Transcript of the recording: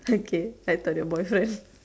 okay I thought your boyfriend